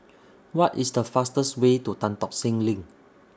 What IS The fastest Way to Tan Tock Seng LINK